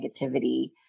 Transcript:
negativity